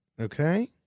okay